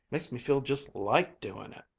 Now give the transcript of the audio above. makes me feel just like doin' it!